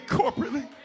corporately